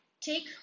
take